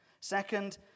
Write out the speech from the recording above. Second